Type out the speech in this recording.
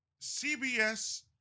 CBS